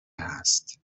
هست